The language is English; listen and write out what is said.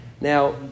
Now